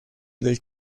del